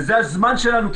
וזה הזמן שלנו,